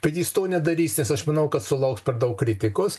bet jis to nedarys nes aš manau kad sulauks daug kritikos